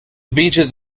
beaches